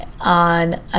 On